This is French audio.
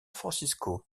francisco